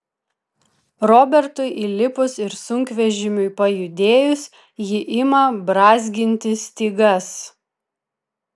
robertui įlipus ir sunkvežimiui pajudėjus ji ima brązginti stygas